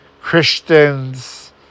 Christians